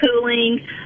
cooling